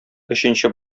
өченче